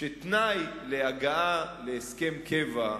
שתנאי להגעה להסכם קבע,